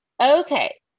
Okay